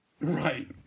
Right